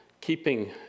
keeping